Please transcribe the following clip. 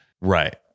right